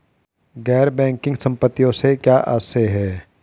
गैर बैंकिंग संपत्तियों से क्या आशय है?